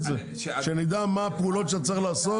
שנדע מה הפעולות שצריך לעשות.